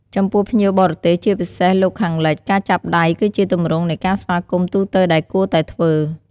ចំពោះភ្ញៀវបរទេស ជាពិសេសលោកខាងលិច ការចាប់ដៃ គឺជាទម្រង់នៃការស្វាគមន៍ទូទៅដែលគួរតែធ្វើ។